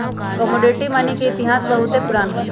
commodity money के इतिहास बहुते पुरान हइ